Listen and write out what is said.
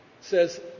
says